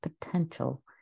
potential